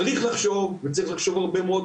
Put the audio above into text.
צריך לחשוב הרבה מאוד,